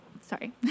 Sorry